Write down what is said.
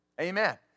Amen